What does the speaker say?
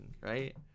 right